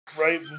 right